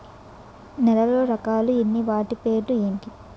నేలలో రకాలు ఎన్ని వాటి పేర్లు ఏంటి?